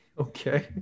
Okay